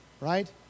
right